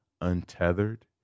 untethered